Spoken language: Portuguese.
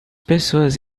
pessoas